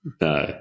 No